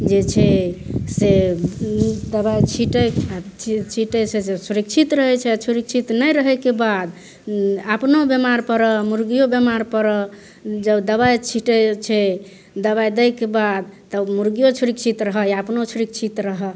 जे छै से दबाइ छिटै छिटैसँ सुरक्षित रहै छै सुरक्षित नहि रहैके बाद अपनो बेमार पड़ऽ मुर्गियो बेमार पड़ऽ जब दबाइ छिटै छै दबाइ दैके बाद तब मुर्गियो सुरक्षित रहऽ अपनो सुरक्षित रहऽ